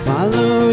Follow